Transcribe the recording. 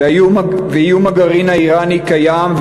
ואיום הגרעין האיראני קיים,